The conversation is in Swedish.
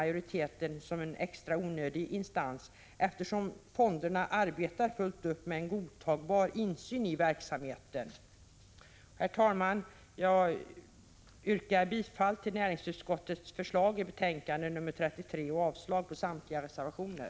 Majoriteten anser detta vara en onödig instans, eftersom fonderna 2juni 1986 fullt ut arbetar under godtagbar insyn i sin verksamhet. Herr talman! Jag yrkar bifall till näringsutskottets förslag i utskottets betänkande 33 och avslag på samtliga reservationer.